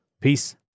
Peace